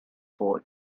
fall